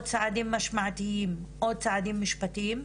צעדים משמעתיים או משפטיים.